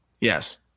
Yes